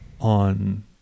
on